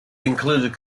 included